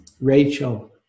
Rachel